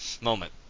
moment